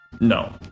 No